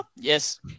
Yes